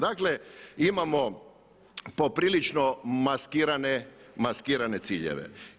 Dakle imamo poprilično maskirane ciljeve.